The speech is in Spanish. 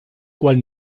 cual